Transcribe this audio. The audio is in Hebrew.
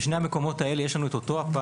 בשני המקומות האלה יש אותו פער.